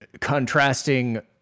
contrasting